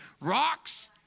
rocks